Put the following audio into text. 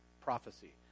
prophecy